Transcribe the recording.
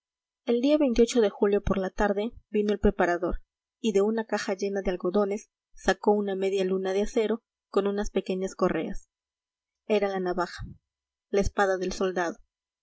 el día de julio por la tarde vino el preparador y de una caja llena de algodones sacó una media luna de acero con unas pequeñas correas era la navaja la espada del soldado